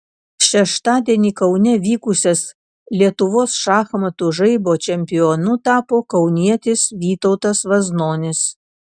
šeštadienį kaune vykusias lietuvos šachmatų žaibo čempionu tapo kaunietis vytautas vaznonis